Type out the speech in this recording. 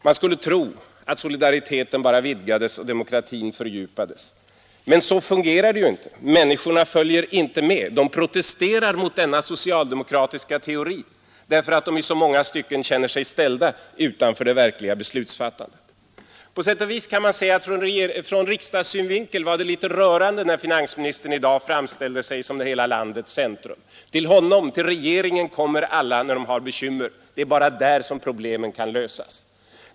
Man skulle tro att solidariteten bara Den ekonomiska år vidgades och demokratin fördjupades. Men så fungerar det ju inte. politiken m.m. Människorna följer inte med, de protesterar mot denna socialdemokratiska teori därför att de i så många stycken känner sig ställda utanför det verkliga besluts På sätt och vis kan man säga att det från riksdagssynvinkel var litet rörande när finansministern i dag framställde sig som hela landets centrum. Till honom, till regeringen kommer alla när de har bekymmer, det är bara där som problemen kan lösas.